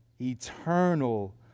eternal